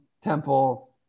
Temple